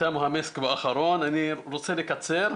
אני רוצה לקצר.